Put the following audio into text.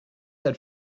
had